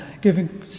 giving